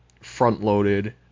front-loaded